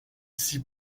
six